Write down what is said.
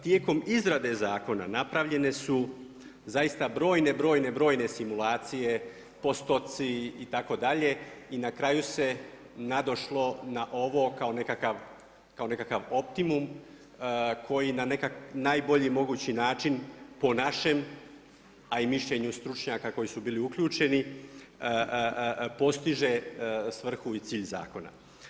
Tijekom izrade zakona napravljene su zaista brojne, brojne, brojne simulacije, postoci itd., i na kraju se nadošlo na ovo kao nekakav optimum koji na najbolji mogući način po našem a i mišljenju stručnjaka koji su bili uključeni postiže svrhu i cilj zakona.